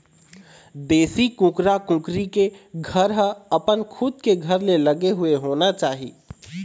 देशी कुकरा कुकरी के घर ह अपन खुद के घर ले लगे हुए होना चाही